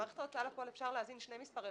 במערכת ההוצאה לפועל אפשר להזין שני מספרי